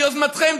ביוזמתכם,